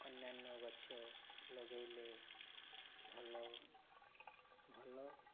ଅନ୍ୟାନ୍ୟ ଗଛ ଲଗାଇଲେ ଭଲ ଭଲ